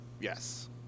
Yes